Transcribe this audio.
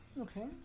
Okay